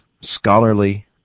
scholarly